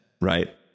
Right